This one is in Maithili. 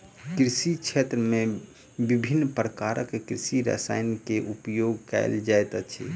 कृषि क्षेत्र में विभिन्न प्रकारक कृषि रसायन के उपयोग कयल जाइत अछि